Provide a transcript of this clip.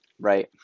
right